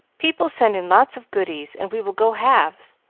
people send in lots of goodies, and we will go halves.